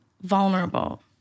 vulnerable